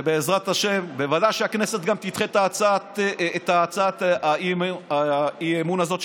בוודאי שהכנסת גם תדחה את הצעת האי-אמון הזו,